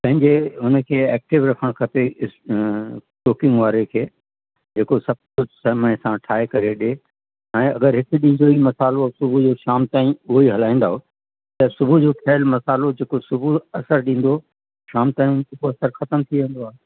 पंहिंजे हुनखे एक्टिव रखणु खपे इस कुकिंग वारे खे जेको सभु कुझु समय सां ठाहे करे ॾे ऐं अगरि हिकु ॾींहं जो ई मसालो सुबुह जो शाम ताईं उहो ई हलाईंदव त सुबुह जो ठहियल मसालो जेको सुबुह असरु ॾींदो शाम ताईं हुनजो असर ख़तमु थी वेंदो आहे